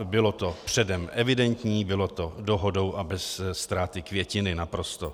Bylo to předem evidentní, bylo to dohodou a bez ztráty květiny, naprosto.